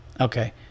Okay